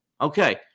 Okay